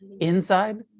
inside